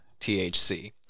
THC